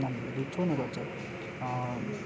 नानीहरूले दुध छोड्ने गर्छ